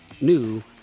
new